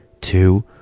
two